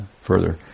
further